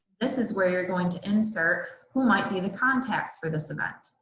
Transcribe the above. this is where you're going to insert who might be the contacts for this event.